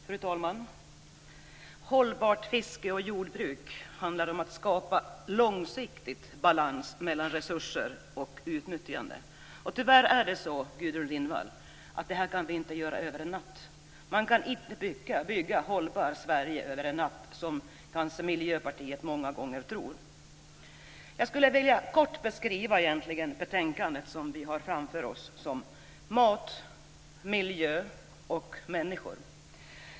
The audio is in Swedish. Fru talman! Att få ett hållbart fiske och jordbruk handlar om att skapa en långsiktig balans mellan resurser och utnyttjande. Tyvärr, Gudrun Lindvall, kan detta inte ske över en natt. Man kan inte bygga ett hållbart Sverige över en natt, som Miljöpartiet kanske många gånger tror. Jag vill kort beskriva innehållet i det betänkande vi har framför oss som mat, miljö och människor.